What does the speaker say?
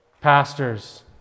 pastors